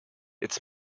its